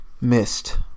missed